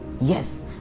Yes